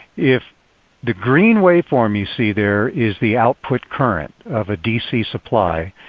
if the green waveform you see there is the output current of a dc supply,